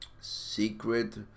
secret